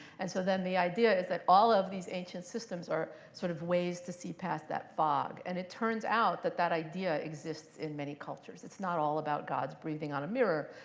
and so then the idea is that all of these ancient systems are sort of ways to see past that fog. and it turns out that that idea exists in many cultures. it's not all about gods breathing on a mirror,